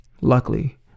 Luckily